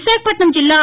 విశాఖపట్నం జిల్లా